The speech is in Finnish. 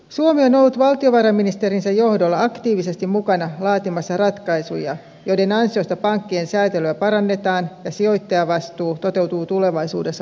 suomi on ollut valtiovarainministerinsä johdolla aktiivisesti mukana laatimassa ratkaisuja joiden ansiosta pankkien säätelyä parannetaan ja sijoittajavastuu toteutuu tulevaisuudessa paremmin